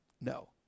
no